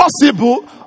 possible